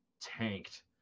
tanked